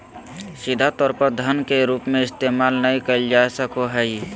सीधा तौर पर धन के रूप में इस्तेमाल नय कइल जा सको हइ